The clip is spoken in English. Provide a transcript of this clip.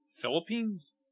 Philippines